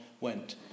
went